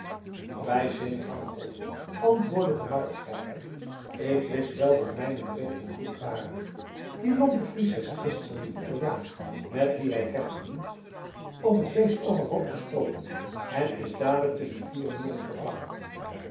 bij sint gangolf antwoordde de marktschrijver ik wist wel dat mijne berichten goed waren die lompe fries heeft gisteren den italiaan met wien hij vechten moest op het feest overhoop gestoten en is dadelijk tusschen vier muren geplakt